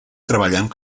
treballant